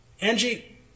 Angie